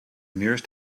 nearest